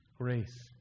Grace